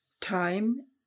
Time